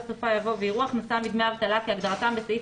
בסופה יבוא "ויראו הכנסה מדמי אבטלה כהגדרתם בסעיף